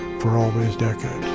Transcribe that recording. for all these decades.